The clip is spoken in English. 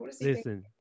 Listen